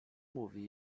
mówi